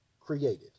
created